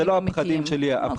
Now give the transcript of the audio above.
זה לא הפחדים שלי --- אוקיי, בסדר.